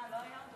מה, לא היו עוד